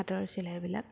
হাতৰ চিলাইবিলাক